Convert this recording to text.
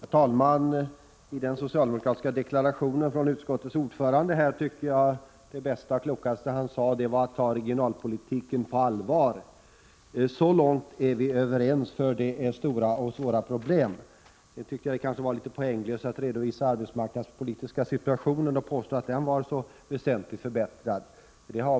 Herr talman! Det bästa och klokaste i den socialdemokratiska deklarationen från utskottets ordförande var uppmaningen att ta regionalpolitiken på allvar. Så långt är vi överens — det är fråga om stora och svåra problem. Sedan tycker jag att det kanske var litet poänglöst att redovisa den arbetsmarknadspolitiska situationen och påstå att den är väsentligt förbättrad.